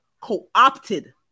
co-opted